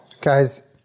Guys